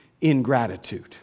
ingratitude